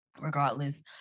regardless